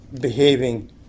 behaving